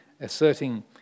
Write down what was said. asserting